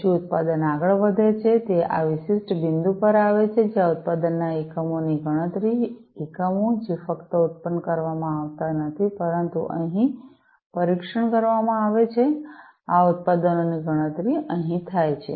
પછી ઉત્પાદન આગળ વધે છે તે આ વિશિષ્ટ બિંદુ પર આવે છે જ્યાં ઉત્પાદનના એકમોની ગણતરી એકમો જે ફક્ત ઉત્પન્ન કરવામાં આવતા નથી પરંતુ અહીં પરીક્ષણ કરવામાં આવે છે આ ઉત્પાદનો ની ગણતરી અહી થાય છે